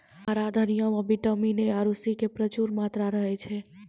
हरा धनिया मॅ विटामिन ए आरो सी के प्रचूर मात्रा रहै छै